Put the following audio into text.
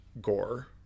gore